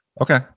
Okay